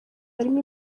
harimo